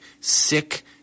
sick